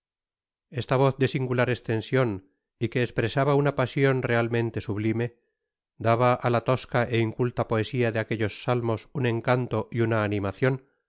voz de singular estension y que espresaba una pasion realmente sublime daba á la tosca é inculta poesia de aquellos salmos un encanto y una animacion